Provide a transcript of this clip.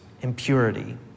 impurity